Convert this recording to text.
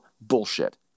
Bullshit